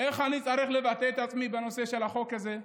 איך אני צריך לבטא את עצמי בנושא של החוק הזה,